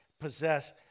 possess